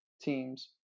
teams